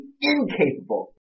incapable